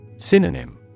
Synonym